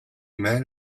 men